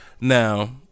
Now